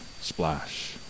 splash